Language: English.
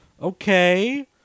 Okay